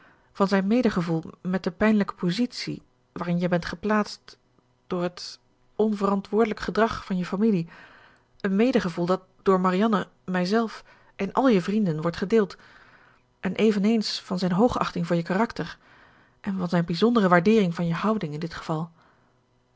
van zijn medegevoel met de pijnlijke positie waarin je bent geplaatst door het onverantwoordelijk gedrag van je familie een medegevoel dat door marianne mijzelf en al je vrienden wordt gedeeld en eveneens van zijn hoogachting voor je karakter en van zijn bijzondere waardeering van je houding in dit geval